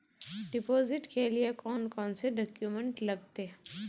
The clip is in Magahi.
डिपोजिट के लिए कौन कौन से डॉक्यूमेंट लगते?